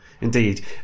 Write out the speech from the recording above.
indeed